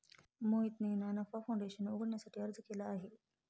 मोहितने ना नफा फाऊंडेशन उघडण्यासाठी अर्ज केला आहे